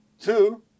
Two